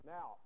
Now